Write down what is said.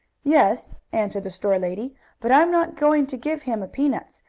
yes, answered the store-lady. but i'm not going to give him peanuts,